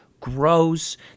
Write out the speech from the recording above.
grows